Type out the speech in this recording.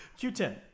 Q10